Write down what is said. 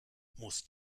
muss